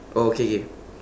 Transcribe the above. okay okay